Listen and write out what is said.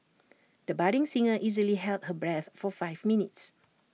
the budding singer easily held her breath for five minutes